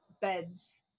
beds